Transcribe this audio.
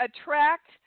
attract